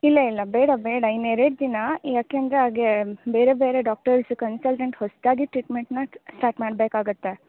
ಇಲ್ಲ ಇಲ್ಲ ಬೇಡ ಬೇಡ ಇನ್ನು ಎರಡು ದಿನ ಏಕೆಂದ್ರೆ ಹಾಗೇ ಬೇರೆ ಬೇರೆ ಡಾಕ್ಟರ್ಸ್ ಕನ್ಸಲ್ಟೆಂಟ್ ಹೊಸದಾಗಿ ಟ್ರೀಟ್ಮೆಂಟ್ನಾ ಸ್ಟಾರ್ಟ್ ಮಾಡಬೇಕಾಗತ್ತೆ